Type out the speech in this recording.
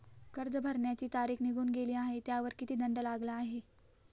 कर्ज भरण्याची तारीख निघून गेली आहे त्यावर किती दंड लागला आहे?